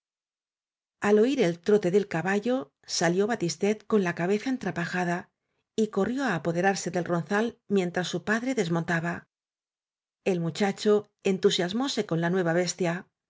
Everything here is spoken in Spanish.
al oir el trote del caballo salió batistet con la cabeza entrapajada y corrió á apode rarse del ronzal mientras su padre desmontaba el muchacho entusiasmóse con la nueva bes